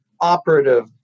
operative